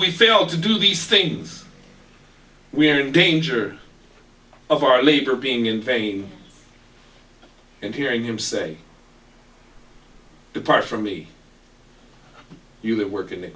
we fail to do these things we are in danger of our labor being in vain and hearing him say depart from me you that work in